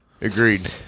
Agreed